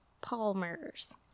palmers